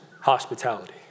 hospitality